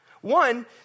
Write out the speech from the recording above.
One